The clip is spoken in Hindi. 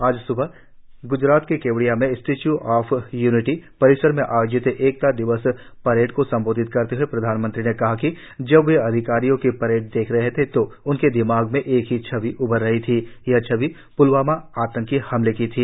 आज स्बह ग्जरात के केवडिया में स्टेच्य् ऑफ यूनिटी परिसर में आयोजित एकता दिवस परेड को संबोधित करते हए प्रधानमंत्री ने कहा कि जब वे अधिकारियों की परेड देख रहे थे तो उनके दिमाग में एक छवि उभरी और यह छवि पुलवामा आतंकवादी हमले की थी